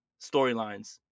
storylines